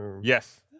Yes